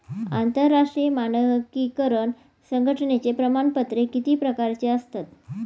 आंतरराष्ट्रीय मानकीकरण संघटनेची प्रमाणपत्रे किती प्रकारची असतात?